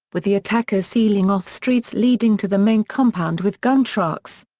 with the attackers sealing off streets leading to the main compound with gun trucks.